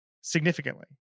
significantly